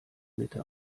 mitte